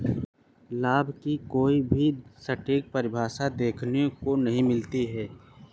लाभ की कोई भी सटीक परिभाषा देखने को नहीं मिलती है